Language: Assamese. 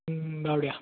বাৰু দিয়া